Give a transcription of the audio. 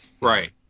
Right